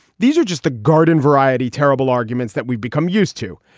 these are just the garden variety, terrible arguments that we've become used to.